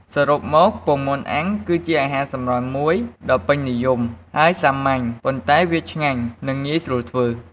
សរុបមក ពងមាន់អាំង គឺជាអាហារសម្រន់មួយដ៏ពេញនិយមហើយសាមញ្ញ ប៉ុន្តែវាឆ្ងាញ់ និងងាយស្រួលធ្វើ។